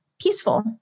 peaceful